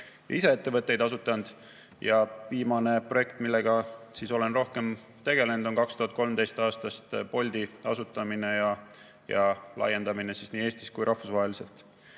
ise ettevõtteid asutanud. Viimane projekt, millega olen rohkem tegelenud, on 2013. aastast Bolti asutamine ja laiendamine nii Eestis kui ka rahvusvaheliselt. Kui